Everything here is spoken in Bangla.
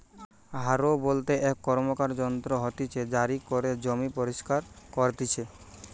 হারও বলতে এক র্কমকার যন্ত্র হতিছে জারি করে জমি পরিস্কার করতিছে